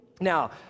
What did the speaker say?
now